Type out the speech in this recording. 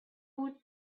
woot